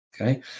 okay